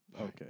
Okay